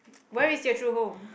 where is your true home